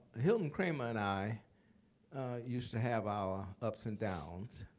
hilton kramer and i used to have our ups and downs.